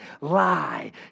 lie